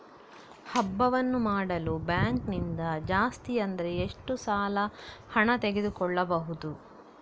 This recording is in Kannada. ಹಬ್ಬವನ್ನು ಮಾಡಲು ಬ್ಯಾಂಕ್ ನಿಂದ ಜಾಸ್ತಿ ಅಂದ್ರೆ ಎಷ್ಟು ಸಾಲ ಹಣ ತೆಗೆದುಕೊಳ್ಳಬಹುದು?